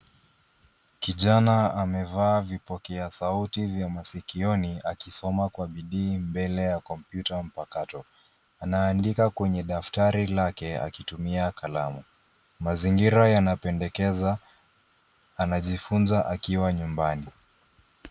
Kijana amevaa vipokea sauti vya masikioni akisoma kwa bidii mbele ya kompyuta mpakato. Anaandika kwenye daftari lake akitumia kalamu. Mazingira yanapendekeza anajifunza akiwa nyumbani.